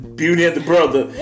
beautyandthebrother